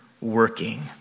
working